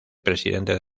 presidente